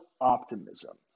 optimism